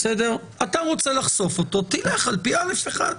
אתה רוצה לחשוף אותו, תלך על פי (א1)?